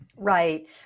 Right